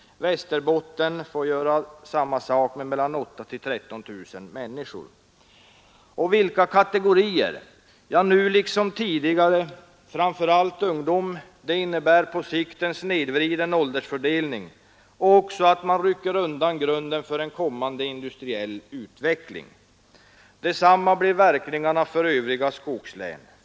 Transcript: Västerbotten får göra detsamma med mellan 8 000 och 13 000 människor. Och vilka kategorier? Jo, nu — liksom tidigare — framför allt ungdom, och det innebär på sikt en snedvriden åldersfördelning och att man rycker undan grunden för en kommande industriell utveckling. Desamma blir verkningarna för övriga skogslän.